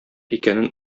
икәнен